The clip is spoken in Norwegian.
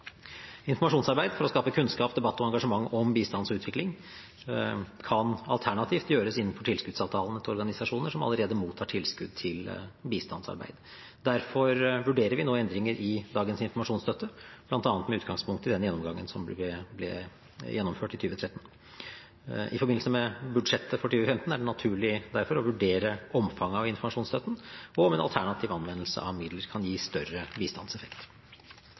Informasjonsarbeid for å skape kunnskap, debatt og engasjement om bistandsutvikling kan alternativt gjøres innenfor tilskuddsavtalen til organisasjoner som allerede mottar tilskudd til bistandsarbeid. Derfor vurderer vi nå endringer i dagens informasjonsstøtte, bl.a. med utgangspunkt i den gjennomgangen som ble gjennomført i 2013. I forbindelse med budsjettet for 2015 er det derfor naturlig å vurdere omfanget av informasjonsstøtten og om en alternativ anvendelse av midler kan gi større bistandseffekt.